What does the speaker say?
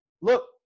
look